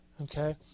okay